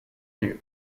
lieues